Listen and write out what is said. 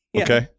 Okay